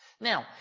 Now